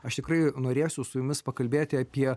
aš tikrai norėsiu su jumis pakalbėti apie